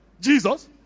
Jesus